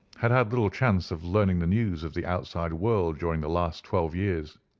had had little chance of learning the news of the outside world during the last twelve years.